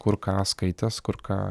kur ką skaitęs kur ką